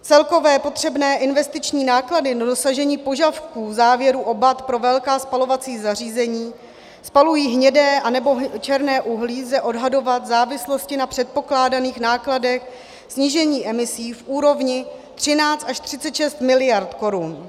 Celkové potřebné investiční náklady na dosažení požadavků závěrů o BAT pro velká spalovací zařízení spalující hnědé anebo černé uhlí lze odhadovat v závislosti na předpokládaných nákladech snížení emisí v úrovni 13 až 36 mld. korun.